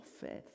faith